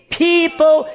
people